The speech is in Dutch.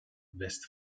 west